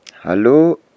Hello